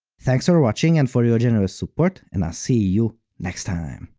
thanks for watching and for your generous support, and i'll see you next time!